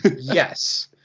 yes